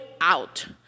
out